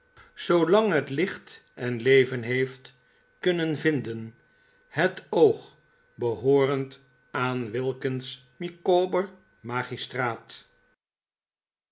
zoolang het licht en leven heeft kunnen vinden het oog behoorend aan wilkins micawber magistraat